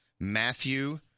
Matthew